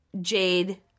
Jade